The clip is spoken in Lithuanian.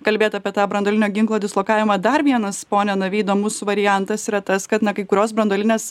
kalbėt apie tą branduolinio ginklo dislokavimą dar vienas pone navy įdomus variantas yra tas kad na kai kurios branduolinės